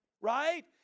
right